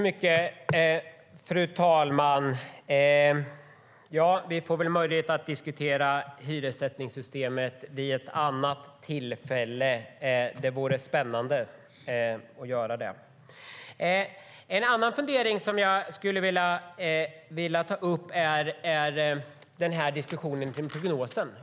Fru talman! Ja, vi får väl möjlighet att diskutera hyressättningssystemet vid ett annat tillfälle. Det vore spännande. En annan fundering som jag skulle vilja ta upp är diskussionen om prognosen.